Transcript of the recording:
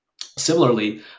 Similarly